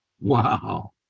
Wow